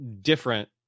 different